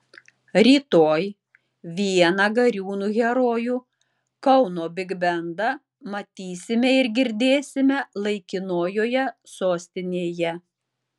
rytoj vieną gariūnų herojų kauno bigbendą matysime ir girdėsime laikinojoje sostinėje